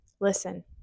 listen